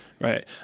Right